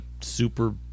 super